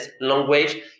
language